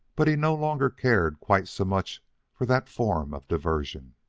but he no longer cared quite so much for that form of diversion.